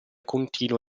continuo